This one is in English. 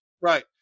Right